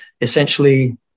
essentially